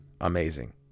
Amazing